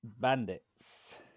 Bandits